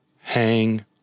hang